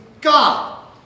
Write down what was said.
God